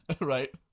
Right